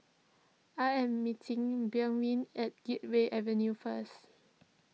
I am meeting at Gateway Avenue first